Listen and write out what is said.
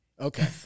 Okay